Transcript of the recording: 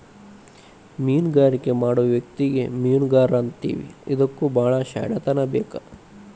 ಮೇನುಗಾರಿಕೆ ಮಾಡು ವ್ಯಕ್ತಿಗೆ ಮೇನುಗಾರಾ ಅಂತೇವಿ ಇದಕ್ಕು ಬಾಳ ಶ್ಯಾಣೆತನಾ ಬೇಕ